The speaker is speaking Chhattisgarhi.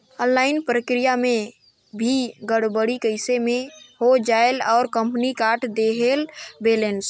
ऑनलाइन प्रक्रिया मे भी गड़बड़ी कइसे मे हो जायेल और कंपनी काट देहेल बैलेंस?